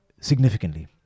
significantly